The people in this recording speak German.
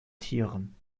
tieren